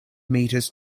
meters